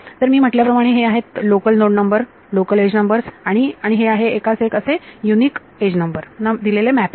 तर मी म्हटल्याप्रमाणे हे आहेत local node number local edge numbers आणि आणि हे आहे एकास एक असे युनिक एज नंबर ना दिलेले मॅपिंग